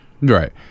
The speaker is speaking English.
right